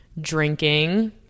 drinking